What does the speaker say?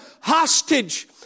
hostage